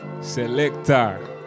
Selector